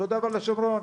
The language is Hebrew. אותו הדבר בשומרון.